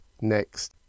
next